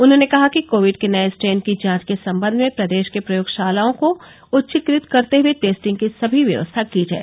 उन्होंने कहा कि कोविड के नये स्ट्रेन की जांच के सम्बन्ध में प्रदेश के प्रयोगशालों को उच्चीकृत करते हुये टेस्टिंग की सभी व्यवस्था की जाय